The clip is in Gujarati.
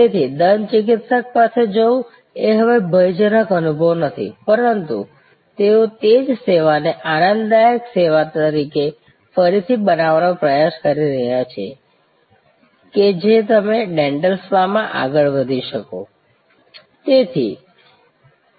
તેથી દંત ચિકિત્સક પાસે જવું એ હવે ભયજનક અનુભવ નથી પરંતુ તેઓ તે જ સેવાને આનંદદાયક સેવા તરીકે ફરીથી બનાવવાનો પ્રયાસ કરી રહ્યા છે કે જે તમે ડેન્ટલ સ્પામાં આગળ વધી શકો